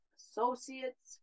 associates